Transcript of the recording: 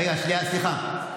רגע, שנייה, סליחה.